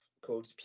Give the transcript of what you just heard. called